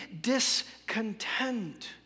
discontent